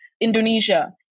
Indonesia